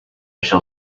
shall